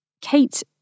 Kate